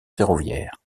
ferroviaires